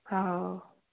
हा